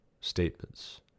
statements